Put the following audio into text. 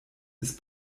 ist